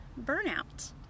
burnout